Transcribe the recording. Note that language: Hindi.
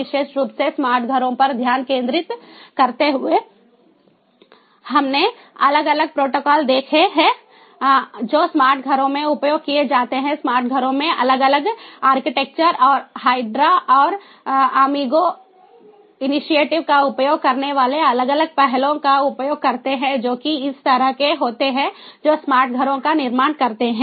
विशेष रूप से स्मार्ट घरों पर ध्यान केंद्रित करते हुए हमने अलग अलग प्रोटोकॉल देखे हैं जो स्मार्ट घरों में उपयोग किए जाते हैं स्मार्ट घरों के अलग अलग आर्किटेक्चर और HYDRA और अमीगो इनीशिएटिव का उपयोग करने वाले अलग अलग पहलों का उपयोग करते हैं जो कि इस तरह के होते हैं जो स्मार्ट घरों का निर्माण करते हैं